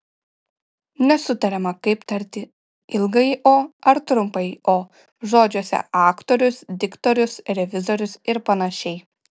nesutariama kaip tarti ilgąjį o ar trumpąjį o žodžiuose aktorius diktorius revizorius ir panašiai